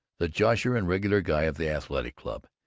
the josher and regular guy, of the athletic club.